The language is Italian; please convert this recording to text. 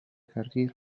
carriera